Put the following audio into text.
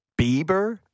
Bieber